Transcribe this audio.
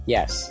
Yes